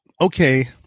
okay